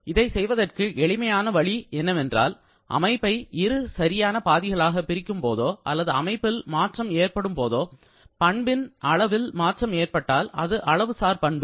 இதை செய்வதற்கு எளிமையான வழி என்னவென்றால் அமைப்பை இரு சரியான பாதிகளாக பிரிக்கும்போதோ அல்லது அமைப்பில் மாற்றம் ஏற்படும்போது பண்பின் அளவில் மாற்றம் ஏற்பட்டால் அது அளவுசார் பண்பு